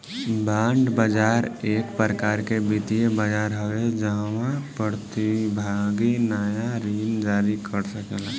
bond बाजार एक प्रकार के वित्तीय बाजार हवे जाहवा प्रतिभागी नाया ऋण जारी कर सकेला